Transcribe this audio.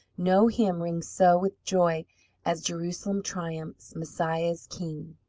no hymn rings so with joy as jerusalem triumphs, messiah is king.